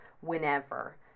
whenever